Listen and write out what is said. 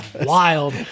wild